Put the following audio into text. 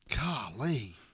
Golly